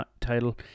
Title